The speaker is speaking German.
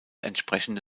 entsprechende